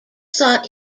sought